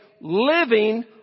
living